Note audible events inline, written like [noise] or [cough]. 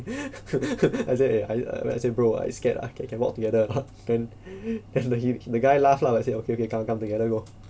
[laughs] I say I I say bro I scared ah can can walk together [laughs] then [breath] he the guy laugh lah and say okay okay come come together go